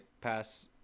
pass